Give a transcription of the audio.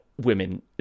women